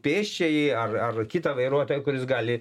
pėsčiąjį ar ar kitą vairuotoją kuris gali